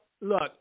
look